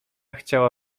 chciała